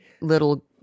little